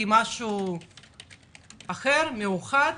כמשהו אחר ויכול